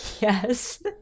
Yes